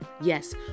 Yes